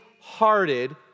hearted